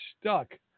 stuck